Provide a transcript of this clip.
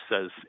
says